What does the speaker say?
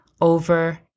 over